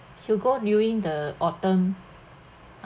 should go during the autumn